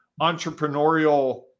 entrepreneurial